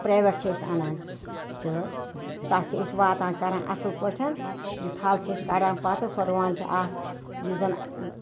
private چھِ أسۍ اَنان تہٕ تَتھ چھِ أسۍ واتان کَران اَصٕل پٲٹھۍ یہِ تھَل چھِ أسۍ کَڑان پَتہٕ سۄ رُوان چھِ اَتھ یُس زَن